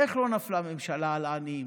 איך לא נפלה ממשלה על העניים?